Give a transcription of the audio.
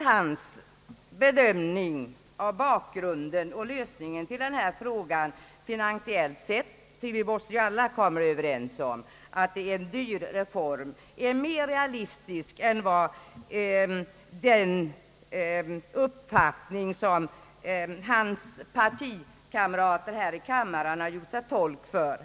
Hans bedömning av bakgrunden till och lösningen av denna fråga principiellt sett — vi är nog alla överens om att det är en dyr reform — anser jag vara mer realistisk än den uppfattning som hans partikamrater här i kammaren har gjort sig till tolk för.